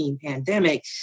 pandemic